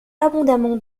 abondamment